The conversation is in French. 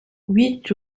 huit